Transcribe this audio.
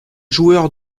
joueur